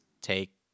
take